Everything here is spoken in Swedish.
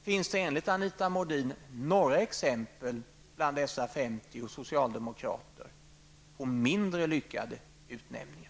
Finns det, enligt Anita Modin, några exempel på mindre lyckade utnämningar bland dessa 50 socialdemokrater?